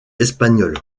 espagnole